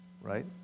right